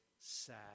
sad